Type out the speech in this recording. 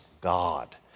God